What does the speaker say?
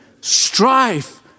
strife